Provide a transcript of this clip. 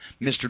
Mr